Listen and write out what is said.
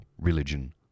religion